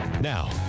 Now